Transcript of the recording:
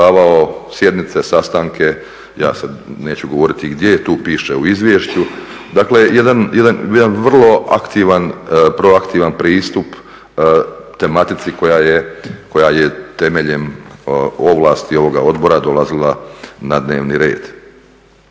održavao sjednice, sastanke. Ja sad neću govoriti gdje, tu piše u izvješću. Dakle, jedan vrlo aktivan, proaktivan pristup tematici koja je temeljem ovlasti ovoga odbora dolazila na dnevni red.